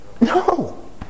no